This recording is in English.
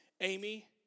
Amy